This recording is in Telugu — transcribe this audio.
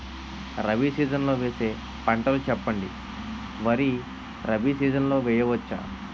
రబీ సీజన్ లో వేసే పంటలు చెప్పండి? వరి రబీ సీజన్ లో వేయ వచ్చా?